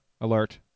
alert